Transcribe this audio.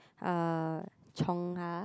uh Chungha